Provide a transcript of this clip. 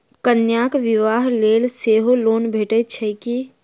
कन्याक बियाह लेल सेहो लोन भेटैत छैक की?